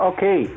Okay